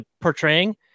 portraying